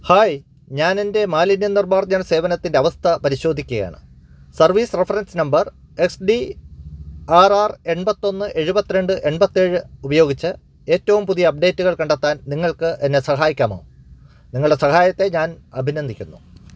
hi ഞാനെൻ്റെ മാലിന്യ നിർമ്മാർജ്ജന സേവനത്തിൻ്റെ അവസ്ഥ പരിശോധിക്കുകയാണ് service reference number S D R R എൺപത്തിയൊന്ന് എഴുപത്തിരണ്ട് എൺപത്തിയേഴ് ഉപയോഗിച്ച് ഏറ്റവും പുതിയ അപ്ഡേറ്റുകൾ കണ്ടെത്താൻ നിങ്ങൾക്കെന്നെ സഹായിക്കാമോ നിങ്ങളുടെ സഹായത്തെ ഞാൻ അഭിനന്ദിക്കുന്നു